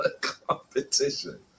competition